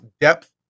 depth